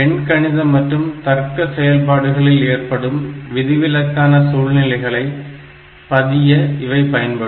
எண்கணித மற்றும் தர்க்க செயல்பாடுகளில் ஏற்படும் விதிவிலக்கான சூழ்நிலைகளை பதிய இவை பயன்படும்